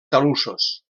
talussos